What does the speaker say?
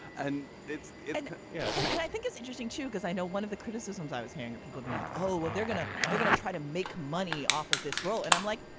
and it's it's yeah. and i think it's interesting, too, because i know one of the criticisms i was hearing of people being like, oh, well, they're going to they're going to try to make money off of this role. and i'm like,